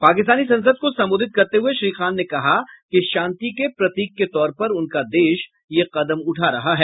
पाकिस्तानी संसद को संबोधित करते हुए श्री खान ने कहा कि शांति के प्रतीक के तौर पर उनका देश यह कदम उठा रहा है